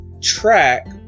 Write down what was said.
track